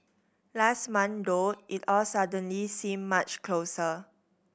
last month though it all suddenly seemed much closer